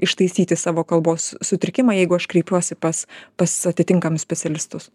ištaisyti savo kalbos sutrikimą jeigu aš kreipiuosi pas pas atitinkamus specialistus